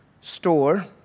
store